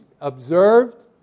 observed